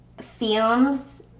fumes